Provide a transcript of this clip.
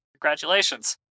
Congratulations